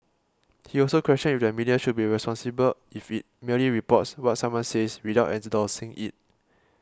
he also questioned if the media should be responsible if it merely reports what someone says without endorsing it